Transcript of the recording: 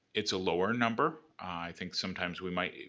it's a lower number. i think sometimes we might,